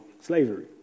slavery